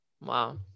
Wow